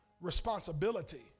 responsibility